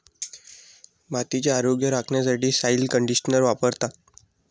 मातीचे आरोग्य राखण्यासाठी सॉइल कंडिशनर वापरतात